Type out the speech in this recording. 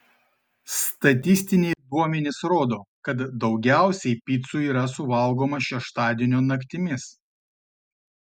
statistiniai duomenys rodo kad daugiausiai picų yra suvalgomą šeštadienio naktimis